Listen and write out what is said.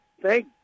thank